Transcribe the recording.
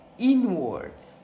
inwards